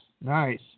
Nice